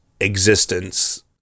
existence